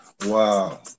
Wow